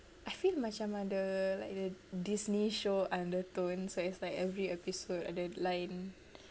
I feel macam ada like the disney show undertone so it's like every episode ada lain